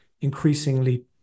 increasingly